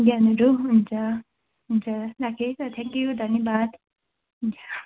ज्ञानहरू हुन्छ हुन्छ राखेँ है त थ्याङ्क यू धन्यवाद हुन्छ